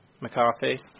McCarthy